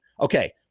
Okay